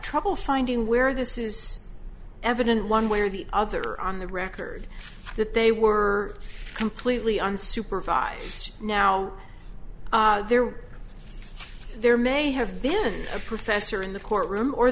trouble finding where this is evident one way or the other on the record that they were completely unsupervised now there there may have been a professor in the courtroom or